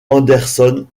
anderson